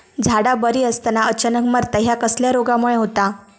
झाडा बरी असताना अचानक मरता हया कसल्या रोगामुळे होता?